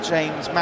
James